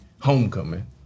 homecoming